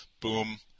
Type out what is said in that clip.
Boom